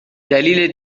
دلیل